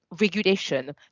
regulation